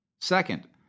Second